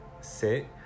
sit